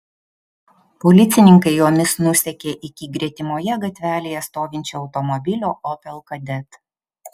policininkai jomis nusekė iki gretimoje gatvelėje stovinčio automobilio opel kadett